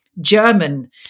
German